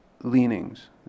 leanings